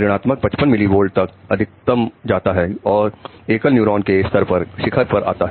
ऋण आत्मक 55 milli volt तक अधिकतम जाता है और एकल न्यूरॉन के स्तर पर शिखर पर आता है